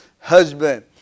husband